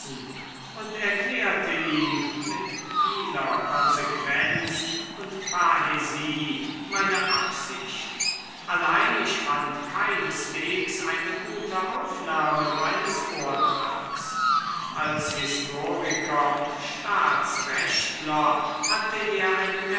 und erklärte ihm mit vieler konsequenz und parrhesie meine absicht allein ich fand keineswegs eine gute aufnahme meines vortrags als historiker und staatsrechtler hatte er einen